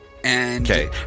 Okay